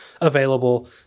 available